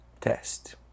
test